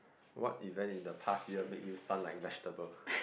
what if there in the past year make you stun like vegetable